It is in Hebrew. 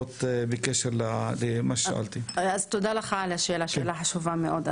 תודה לך על השאלה, שאלה חשובה מאוד.